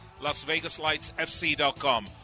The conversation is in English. LasVegasLightsFC.com